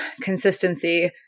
consistency